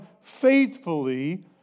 faithfully